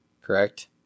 correct